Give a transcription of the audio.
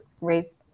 raise